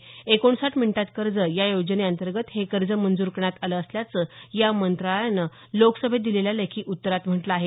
एकोणसाठे मिनिटात कर्ज या योजनेअंतर्गत हे कर्ज मंजूर करण्यात आलं असल्याचं या मंत्रालयानं लोकसभेत दिलेल्या लेखी उत्तरात म्हटलं आहे